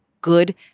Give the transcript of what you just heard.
good